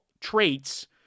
traits